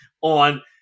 on